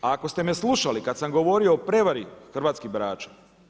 Ako ste me slušali kada sam govorio o prijevari hrvatskih birača.